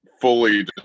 fully